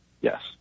Yes